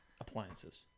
appliances